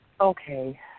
Okay